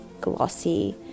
glossy